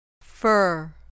Fur